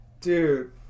Dude